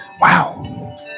Wow